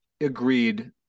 agreed